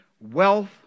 wealth